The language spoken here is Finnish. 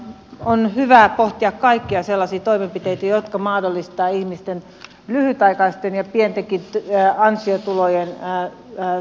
on hyvä pohtia kaikkia sellaisia toimenpiteitä jotka mahdollistavat ihmisten lyhytaikaisten ja pientenkin ansiotulojen saamisen